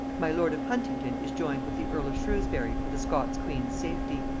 my lord of huntingdon is joined with the earl of shrewsbury for the scots queen's safety.